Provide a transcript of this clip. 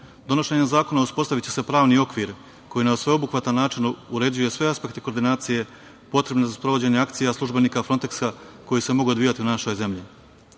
EU.Donošenjem zakona uspostaviće se pravni okvir koji na sveobuhvatan način uređuje sve apsekte koordinacije potrebne za sprovođenje akcija službenika Fronteksa koji se mogu odvijati u našoj zemlji. Cilj